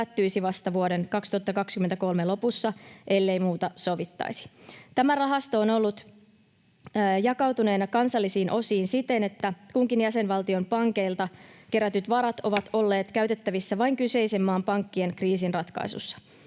Tämä rahasto on ollut jakautuneena kansallisiin osiin siten, että kunkin jäsenvaltion pankeilta kerätyt varat ovat olleet käytettävissä vain kyseisen maan pankkien kriisinratkaisussa.